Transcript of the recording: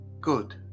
good